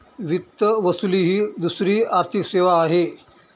वित्त वसुली ही दुसरी आर्थिक सेवा आहे